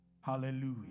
Hallelujah